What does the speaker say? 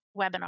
webinar